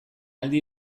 aldi